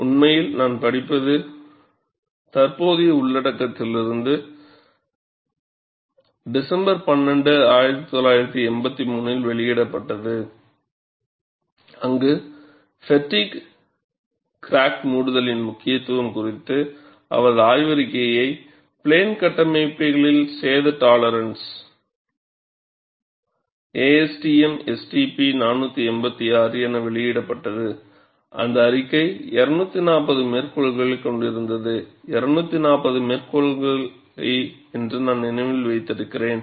உண்மையில் நான் படிப்பது தற்போதைய உள்ளடக்கங்களிலிருந்துஇது டிசம்பர் 12 1983 இல் வெளியிடப்பட்டது அங்கு ஃப்பெட்டிக் கிராக் மூடுதலின் முக்கியத்துவம் குறித்த அவரது ஆய்வறிக்கை பிளேன் கட்டமைப்புகளில் சேத டாலெரான்ஸ் ASTM STP 486 என வெளியிடப்பட்டது அந்த அறிக்கை 240 மேற்கோளைக் கொண்டிருந்தது240 மேற்கோள்களை என்று நான் நினைவில் வைத்திருக்கிறேன்